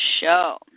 show